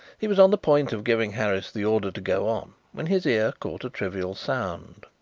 he was on the point of giving harris the order to go on when his ear caught a trivial sound.